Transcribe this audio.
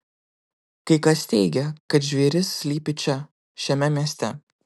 kai kas teigia kad žvėris slypi čia šiame mieste